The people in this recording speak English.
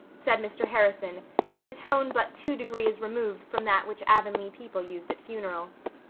said mr. harrison in a tone but two degrees removed from that which avonlea people used at funerals.